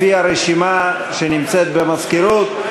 לפי הרשימה שנמצאת במזכירות.